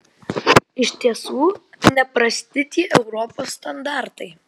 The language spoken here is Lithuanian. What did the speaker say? iš tiesų neprasti tie europos standartai